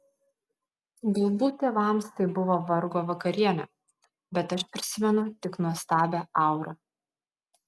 galbūt tėvams tai buvo vargo vakarienė bet aš prisimenu tik nuostabią aurą